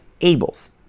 Abel's